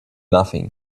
nothing